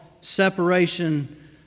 separation